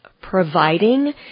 providing